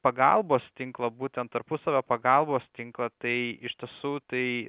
pagalbos tinklo būtent tarpusavio pagalbos tinklą tai iš tiesų tai